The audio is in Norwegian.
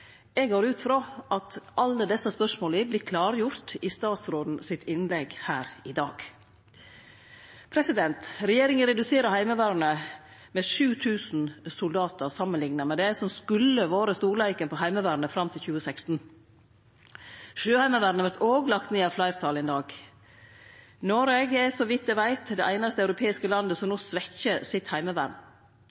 Eg går ut frå at alle desse spørsmåla vert klargjorde i statsråden sitt innlegg her i dag. Regjeringa reduserer Heimevernet med 7 000 soldatar samanlikna med det som skulle vore storleiken på Heimevernet fram til 2016. Sjøheimevernet vert òg lagt ned av fleirtalet i dag. Noreg er, så vidt eg veit, det einaste europeiske landet som no svekkjer heimevernet sitt.